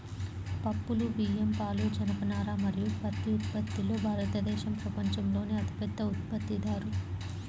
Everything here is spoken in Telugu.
పప్పులు, బియ్యం, పాలు, జనపనార మరియు పత్తి ఉత్పత్తిలో భారతదేశం ప్రపంచంలోనే అతిపెద్ద ఉత్పత్తిదారు